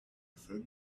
thin